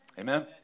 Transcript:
Amen